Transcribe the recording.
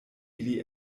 ili